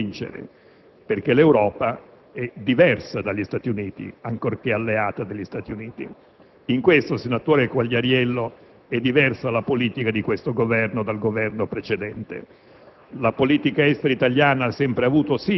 l'europeismo di questo Governo è quello che punta ad un'Europa alleata degli Stati Uniti, ma un'alleata che sia autonoma, su un piano di parità, che convince e si fa convincere,